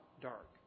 dark